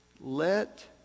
let